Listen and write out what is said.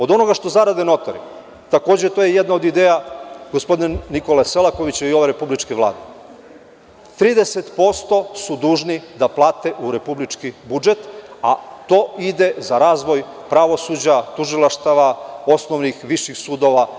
Od onoga što zarade notari, takođe, to je jedna od ideja gospodina Nikole Selakovića i ove Republičke Vlade, 30% su dužni da plate u republički budžet, a to ide za razvoj pravosuđa, tužilaštava, osnovnih, viših sudova.